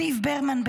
זיו ברמן,